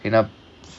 you know